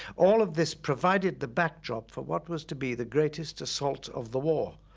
all of this provided the backdrop for what was to be the greatest assault of the war,